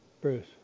Bruce